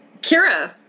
Kira